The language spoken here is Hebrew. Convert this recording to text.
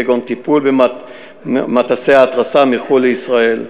כגון טיפול במטסי ההתרסה מחו"ל לישראל.